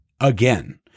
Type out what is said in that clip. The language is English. Again